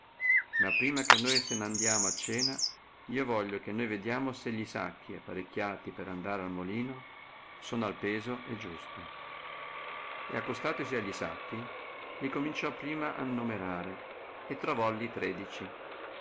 ma prima che noi se n andiamo a cena io voglio che noi vediamo se gli sacchi apparecchiati per andar al molino sono al peso e giusti ed accostatosi a gli sacchi li cominciò prima annomerare e trovolli tredeci